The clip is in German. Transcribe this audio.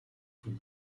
von